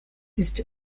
ist